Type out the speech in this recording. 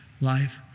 life